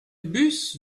bus